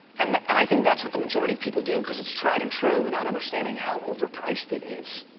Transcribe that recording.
and and i think that's what the majority of people do because it's tried and true without understanding how overpriced it is.